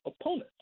opponent